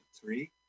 three